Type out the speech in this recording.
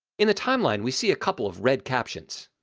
in the timeline we see a couple of red captions.